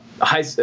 high